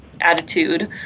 attitude